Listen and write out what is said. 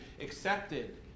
accepted